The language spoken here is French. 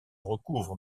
recouvre